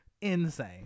Insane